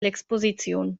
l’exposiziun